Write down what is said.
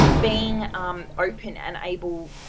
being um open and able,